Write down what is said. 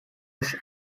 was